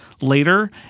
later